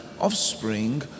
offspring